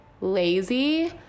lazy